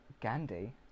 Gandhi